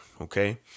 Okay